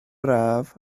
braf